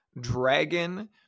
dragon